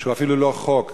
שהוא אפילו לא חוק.